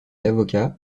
avocat